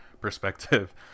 perspective